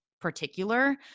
particular